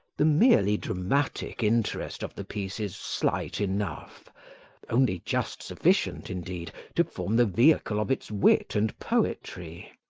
the merely dramatic interest of the piece is slight enough only just sufficient, indeed, to form the vehicle of its wit and poetry.